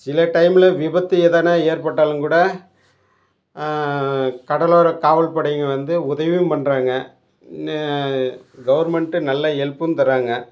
சில டைமில் விபத்து எதுனா ஏற்பட்டாலும் கூட கடலோர காவல் படைங்க வந்து உதவியும் பண்ணுறாங்க ந கவர்மெண்ட்டு நல்லா ஹெல்ப்பும் தர்றாங்க